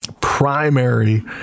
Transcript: primary